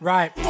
Right